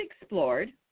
explored